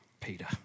Peter